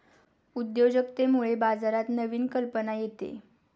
उद्योजकतेमुळे बाजारात नवीन कल्पना येते